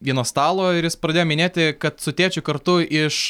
vieno stalo ir jis pradėjo minėti kad su tėčiu kartu iš